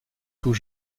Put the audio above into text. tout